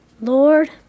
Lord